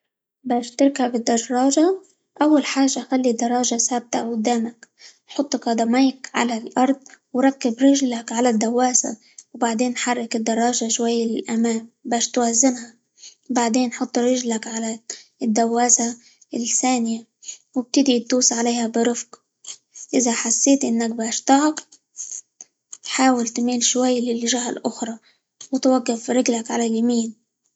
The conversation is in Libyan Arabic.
باش تركب الدراجة، أول حاجة خلي الدراجة ثابتة قدامك، حط قدميك على الأرض، وركب رجلك على الدواسة، و بعدين حرك الدراجة شوية للأمام؛ باش توازنها، بعدين حط رجلك على الدواسة الثانية، وابتدي تدوس عليها برفق، إذا حسيت إنك باش تعق حاول تميل شوي للجهة الأخرى، وتوقف برجلك على اليمين.